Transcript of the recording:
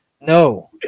No